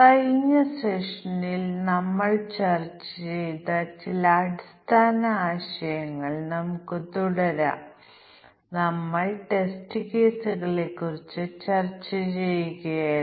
ഇതുവരെ ഞങ്ങൾ ടെസ്റ്റിംഗിലെ ചില അടിസ്ഥാന ആശയങ്ങൾ പരിശോധിച്ചിരുന്നു തുടർന്ന് ഞങ്ങൾ ബ്ലാക്ക് ബോക്സ് ടെസ്റ്റിംഗ് ടെക്നിക്കുകൾ നോക്കാൻ തുടങ്ങി